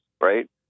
right